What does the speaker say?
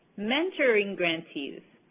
mentoring grantees,